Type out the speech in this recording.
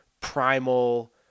primal